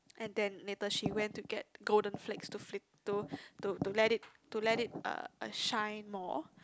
and then later she went to get golden flakes to fl~ to to let it to let it uh uh shine more